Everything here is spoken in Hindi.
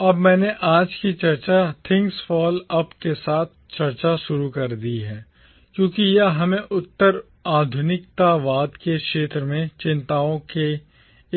अब मैंने आज की चर्चा थिंग्स फ़ॉल अप के साथ चर्चा शुरू कर दी है क्योंकि यह हमें उत्तर आधुनिकतावाद के क्षेत्र में चिंताओं के